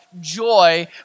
joy